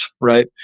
right